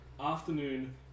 afternoon